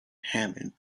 hammett